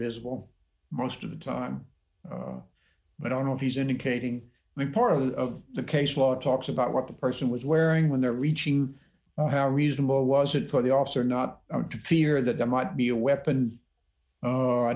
visible most of the time i don't know if he's indicating that part of the case law talks about what the person was wearing when they're reaching how reasonable was it for the officer not to fear that there might be a weapon oh i